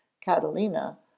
Catalina